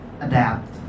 adapt